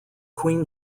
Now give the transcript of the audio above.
queen